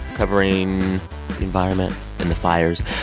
covering the environment and the fires.